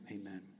Amen